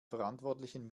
verantwortlichen